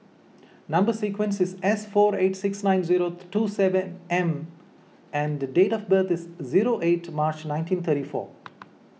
Number Sequence is S four eight six nine zero two seven M and date of birth is zero eight March nineteen thirty four